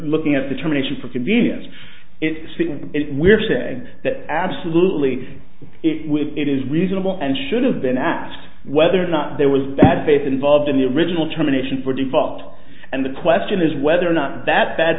looking at the terminations for convenience if we're saying that absolutely it would it is reasonable and should have been asked whether or not there was bad faith involved in the original terminations were default and the question is whether or not that bad